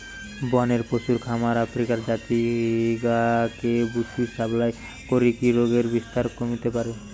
বনের পশুর খামার আফ্রিকার জাতি গা কে বুশ্মিট সাপ্লাই করিকি রোগের বিস্তার কমিতে পারে